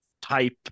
type